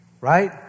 Right